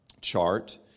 chart